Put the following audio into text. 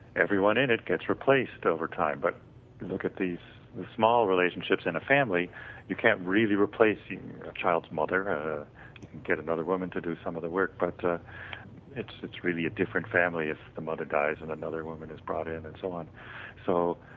everyone in it gets replaced over time. but look at these small relationships in a family you can't really replace a child's mother get another woman to do some other work. but it's it's really a different family if the mother dies and another woman is brought in and so on so,